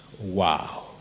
wow